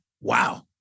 Wow